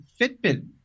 Fitbit